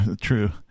True